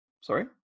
Sorry